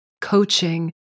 coaching